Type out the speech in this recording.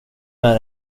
med